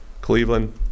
Cleveland